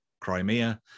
Crimea